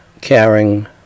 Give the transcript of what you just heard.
caring